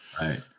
Right